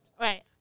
Right